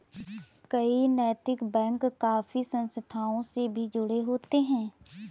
कई नैतिक बैंक काफी संस्थाओं से भी जुड़े होते हैं